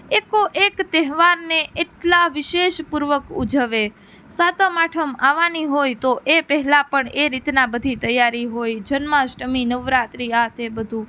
એકોએક તહેવારને એટલા વિશેષપૂર્વક ઉજવે સાતમ આઠમ આવવાની હોય તો એ પહેલાં પણ એ રીતના બધી તૈયારી હોય જન્માષ્ટમી નવરાત્રી આ તે બધું